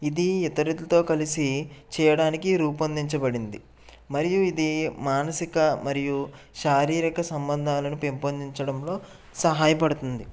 ఇది ఇతరులతో కలిసి చేయడానికి రూపొందించబడింది మరియు ఇది మానసిక మరియు శారీరక సంబంధాలను పెంపొందించడంలో సహాయపడుతుంది